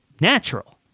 natural